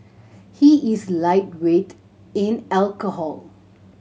he is lightweight in alcohol